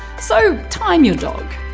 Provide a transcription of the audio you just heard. so, time your dog.